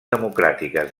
democràtiques